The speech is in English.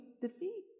defeat